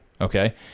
okay